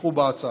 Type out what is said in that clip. יתמכו בהצעה.